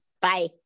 bye